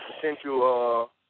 potential